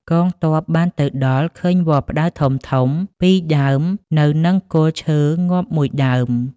កងទ័ពបានទៅដល់ឃើញវល្លិផ្ដៅធំៗ ពីរដើមនៅនឹងគល់ឈើងាប់មួយដើម ។